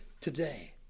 today